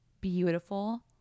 beautiful